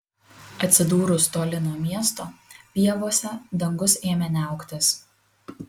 atsidūrus toli nuo miesto pievose dangus ėmė niauktis